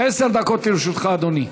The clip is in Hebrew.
עשר דקות לרשותך, אדוני.